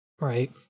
Right